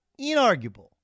inarguable